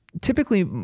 Typically